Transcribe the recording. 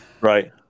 Right